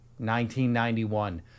1991